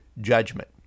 judgment